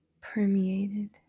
Permeated